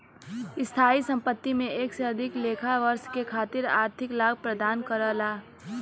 स्थायी संपत्ति से एक से अधिक लेखा वर्ष के खातिर आर्थिक लाभ प्रदान करला